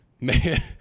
man